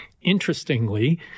Interestingly